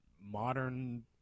modern